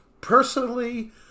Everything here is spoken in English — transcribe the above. personally